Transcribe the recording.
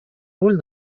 роль